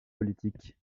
politique